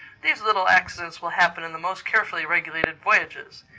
these little accidents will happen in the most carefully regulated voyages,